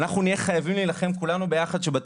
אנחנו נהיה חייבים להילחם כדי שבתקציב